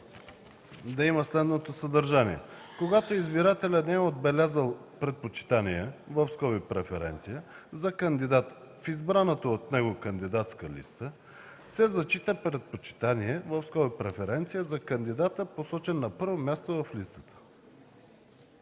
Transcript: да има следното съдържание: „(5) Когато избирателят не е отбелязал предпочитание (преференция) за кандидат в избраната от него кандидатска листа, се зачита предпочитание (преференция) за кандидата, посочен на първо място в листата,